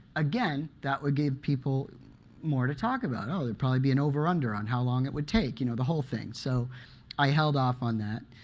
again, that would give people more to talk. oh, there'd probably be an over under on how long it would take, you know the whole thing. so i held off on that.